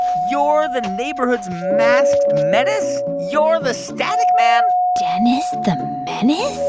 you're the neighborhood's masked menace? you're the static man? dennis the menace?